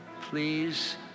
please